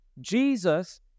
Jesus